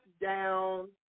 down